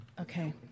Okay